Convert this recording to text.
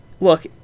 Look